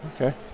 Okay